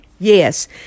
Yes